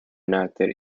enacted